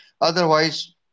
Otherwise